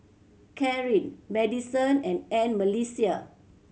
Carin Madisen and I'm Melissia